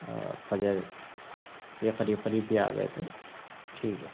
فجر کے قریب قریب بھی آ گئے تو ٹھیک ہے